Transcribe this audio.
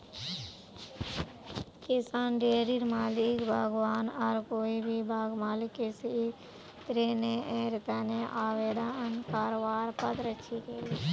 किसान, डेयरी मालिक, बागवान आर कोई भी बाग मालिक कृषि ऋनेर तने आवेदन करवार पात्र छिके